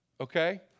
okay